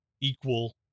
equal